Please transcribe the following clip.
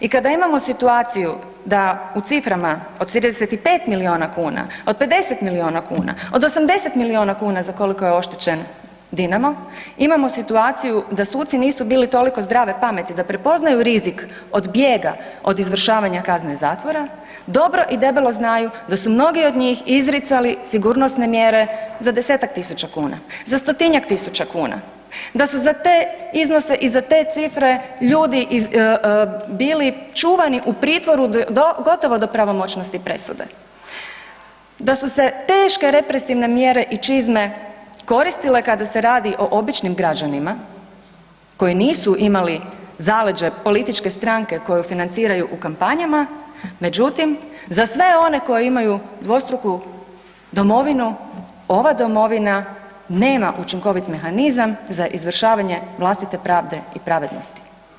I kada imamo situaciju da u ciframa od 35 milijuna kuna, od 50 milijuna kuna, od 80 milijuna kuna, za koliko je oštećen „Dinamo“ imamo situaciju da suci nisu bili toliko zdrave pameti da prepoznaju rizik od bijega od izvršavanja kazne zatvora dobro i debelo znaju da su mnogi od njih izricali sigurnosne mjere za 10-tak tisuća kuna, za 100-tinjak tisuća kuna, da su za te iznose i za te cifre ljudi bili čuvani u pritvoru gotovo do pravomoćnosti presude, da su se teške represivne mjere i čizme koristile kada se radi o običnim građanima koji nisu imali zaleđe političke stranke koju financiraju u kampanjama, međutim za sve one koji imaju dvostruku domovinu ova domovina nema učinkovit mehanizam za izvršavanje vlastite pravde i pravednosti.